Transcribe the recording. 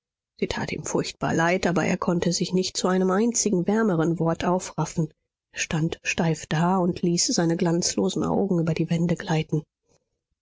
sie tat ihm furchtbar leid aber er konnte sich nicht zu einem einzigen wärmeren wort aufraffen er stand steif da und ließ seine glanzlosen augen über die wände gleiten